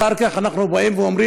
אחר כך אנחנו אומרים,